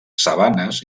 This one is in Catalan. sabanes